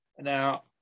now